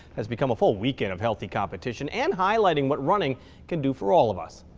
has become a full weekend of healthy competition. and highlighting what running can do for all of us.